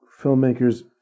filmmakers